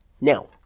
Now